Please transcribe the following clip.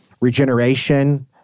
regeneration